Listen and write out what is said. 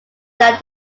than